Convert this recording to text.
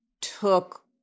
took